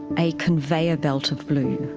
a conveyor belt of blue.